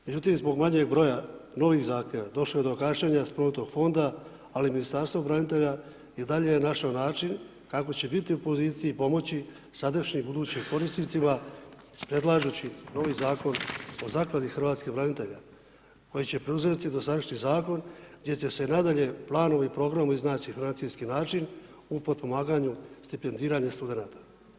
Međutim, zbog manjeg broja novih zahtjeva došlo je do gašenja spomenutog fonda ali Ministarstvo branitelja i dalje je našlo način kako će biti u poziciji pomoći sadašnjim i budućim korisnicima predlažući novi Zakon o Zakladi hrvatskih branitelja koji će preuzeti dosadašnji zakon gdje će se nadalje planom i programom iznaći financijski način u potpomaganju stipendiranja studenata.